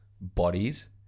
bodies